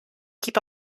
keep